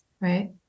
right